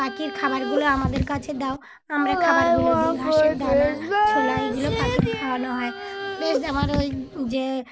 পাখির খাবারগুলো আমাদের কাছে দাও আমরা খাবারগুলো দিই ঘাসের দানা ছোলা এইগুলো পাখির খাওয়ানো হয় বেশ ওই যে